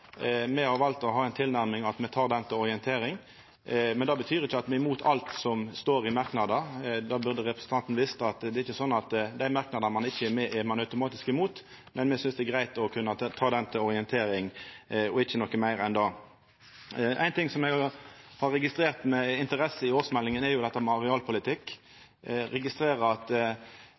Me har valt å ha den tilnærminga at me tek dette til orientering. Men det betyr ikkje at me er imot alt som står i merknader. Det burde representanten ha visst. Det er ikkje sånn at dei merknadene ein ikkje er med i, er ein automatisk imot. Men me synest det er greitt å kunna ta dette til orientering – og ikkje noko meir enn det. Ein ting som eg har registrert med interesse i årsmeldinga, er dette med arealpolitikk. Eg registrerer at